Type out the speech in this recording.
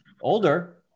older